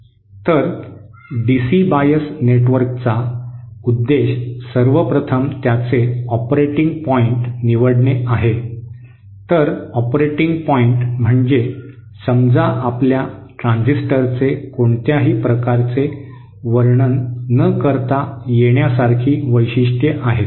तर DC bias नेटवर्कचा उद्देश सर्वप्रथम त्याचे ऑपरेटिंग पॉईंट निवडणे आहे तर ऑपरेटिंग पॉईंट म्हणजे समजा आपल्या ट्रान्झिस्टरचे कोणत्याही प्रकारचे वर्णन न करता येण्यासारखी वैशिष्ट्ये आहेत